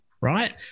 right